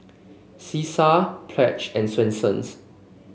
Cesar Pledge and Swensens